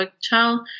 child